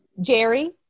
Jerry